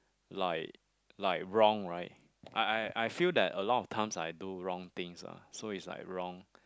like like wrong right I I I feel that a lot of times I do wrong things ah so is like wrong